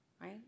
right